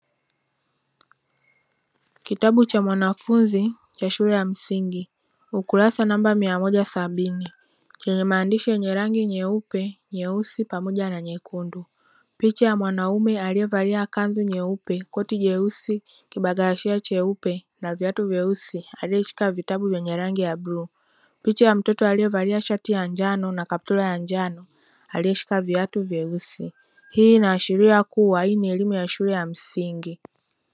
Kitabu cha mwanafunzi cha shule ya msingi ukurasa namba mia moja sabini chenye maandishi yenye rangi nyeupe, nyeusi pamoja na nyekundu, picha ya mwanaume aliyevalia kanzu nyeupe, koti jeusi, kibagalashia cheupe na viatu vyeusi aliyeshika vitabu vyenye rangi ya bluu, Picha ya mtoto aliyevalia shati ya njano na kaptura ya njano aliyeshika viatu vyeusi, hii inaashiria kuwa hii ni elimu ya shule ya msingi.